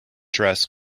dress